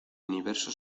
universo